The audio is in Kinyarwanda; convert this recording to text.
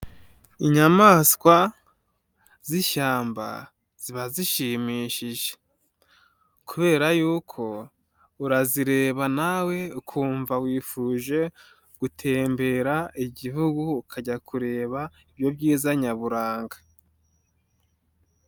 Inyamaswa z'ishyamba ziba zishimishije kubera yuko urazireba nawe ukumva wifuje gutembera Igihugu, ukajya kureba ibyo byiza nyaburanga.